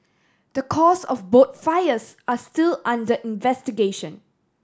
the cause of both fires are still under investigation